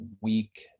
week